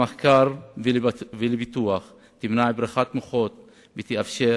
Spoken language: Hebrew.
לפיכך, ממקומי זה אני אפעל